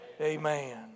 amen